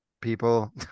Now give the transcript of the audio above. people